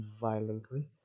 violently